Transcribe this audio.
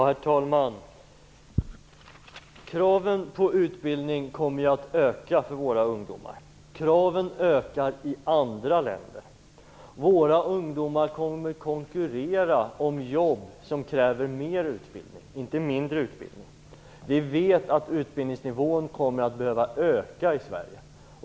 Herr talman! Kraven på utbildning kommer att öka för våra ungdomar. Kraven ökar i andra länder. Våra ungdomar kommer att konkurrera om jobb som kräver mer utbildning, inte mindre utbildning. Vi vet att utbildningsnivån kommer att behöva höjas i Sverige.